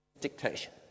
dictation